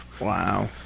Wow